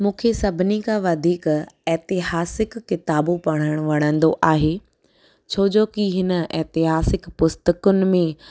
मूंखे सभिनी खां वधीक एतिहासिक किताबूं पढ़णु वणंदो आहे छो जो की हिन एतिहासिक पुस्तकनि में